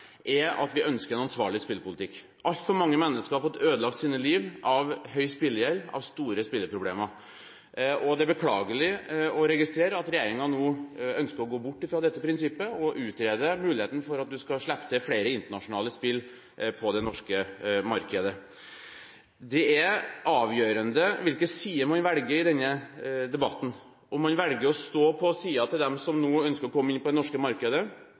er at vi ønsker en ansvarlig spillpolitikk. Altfor mange mennesker har fått ødelagt sine liv av høy spillegjeld og av store spillproblemer. Det er beklagelig å registrere at regjeringen nå ønsker å gå bort fra dette prinsippet og utreder muligheten for å slippe til flere internasjonale spill på det norske markedet. Det er avgjørende hvilken side man velger i denne debatten – om man velger å stå på siden til dem som nå ønsker å komme inn på det norske markedet,